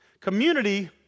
Community